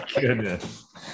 goodness